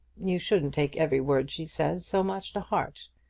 you shouldn't take every word she says so much to heart.